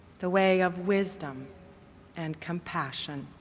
the way of wisdom and compassion.